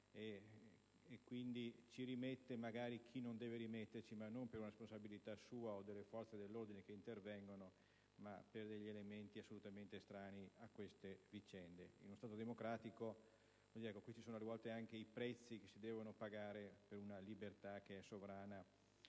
e così ci rimette chi non dovrebbe rimetterci, non per responsabilità sua o delle forze dell'ordine che intervengono, ma per elementi assolutamente estranei a queste vicende. In uno Stato democratico, a volte sono questi i prezzi che si devono pagare per una libertà che è sovrana,